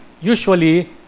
usually